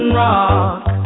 rock